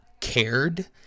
cared